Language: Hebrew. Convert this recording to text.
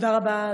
תודה רבה.